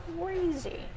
crazy